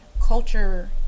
Culture